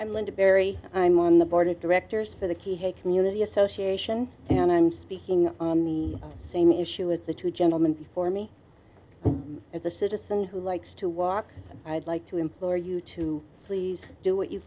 i'm linda berry i'm on the board of directors for the key hay community association and i'm speaking on the same issue with the two gentlemen before me as a citizen who likes to walk i'd like to implore you to please do what you